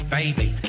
baby